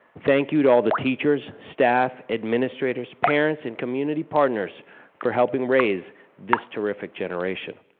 thank you to all the teachers, staff, administrators, parents, and community partners for helping raise this terrific generation.